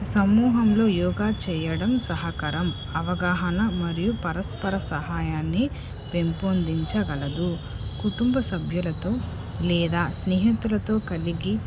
సమూహంలో యోగా చేయడం సహకారం అవగాహన మరియు పరస్పర సహాయాన్ని పెంపొందించగలదు కుటుంబ సభ్యులతో లేదా స్నేహితులతో కలిగి